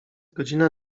godzina